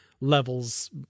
levels